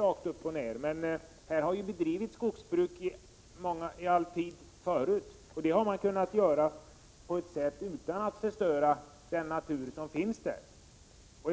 rakt upp och ned svara på den frågan. Men man har ju under alla tider bedrivit skogsbruk, och man har hittills kunnat göra det utan att förstöra den natur som finns i skogen.